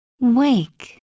Wake